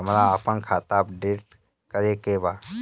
हमरा आपन खाता अपडेट करे के बा